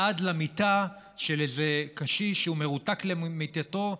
עד למיטה של איזה קשיש שהוא מרותק למיטתו,